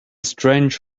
strange